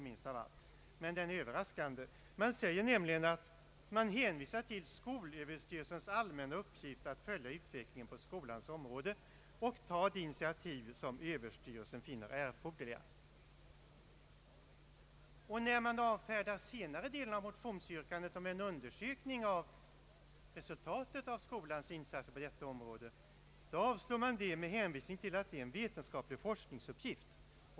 Man hänvisar nämligen till ”skolöverstyrelsens allmänna uppgift att följa utvecklingen på skolans område och ta de initiativ som Överstyrelsen finner erforderliga”. När utskottet avfärdar den senare de len av motionsyrkandet om en undersökning av resultatet av skolans insats på detta område gör man det med hänvisning till att detta är en vetenskaplig forskningsuppgift.